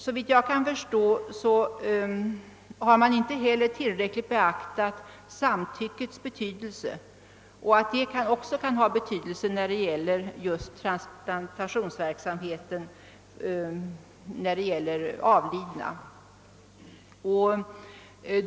Såvitt jag kan förstå har man inte heller tillräckligt beaktat frågan om samtycket och att denna kan ha betydelse när det gäller transplantat från avlidna.